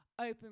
open